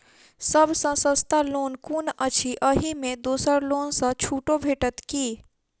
सब सँ सस्ता लोन कुन अछि अहि मे दोसर लोन सँ छुटो भेटत की?